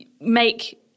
make